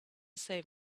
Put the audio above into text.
save